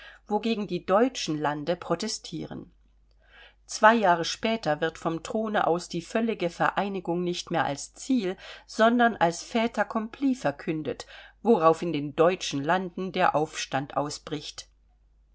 wogegen die deutschen lande protestieren zwei jahre später wird vom throne aus die völlige vereinigung nicht mehr als ziel sondern als fait accompli verkündet worauf in den deutschen landen der aufstand ausbricht